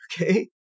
okay